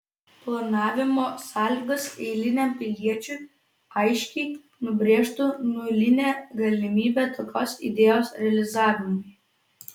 planavimo sąlygos eiliniam piliečiui aiškiai nubrėžtų nulinę galimybę tokios idėjos realizavimui